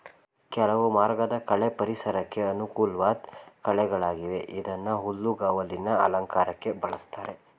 ಕೆಲವು ವರ್ಗದ ಕಳೆ ಪರಿಸರಕ್ಕೆ ಅನುಕೂಲ್ವಾಧ್ ಕಳೆಗಳಾಗಿವೆ ಇವನ್ನ ಹುಲ್ಲುಗಾವಲಿನ ಅಲಂಕಾರಕ್ಕೆ ಬಳುಸ್ತಾರೆ